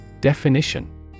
Definition